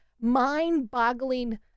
mind-boggling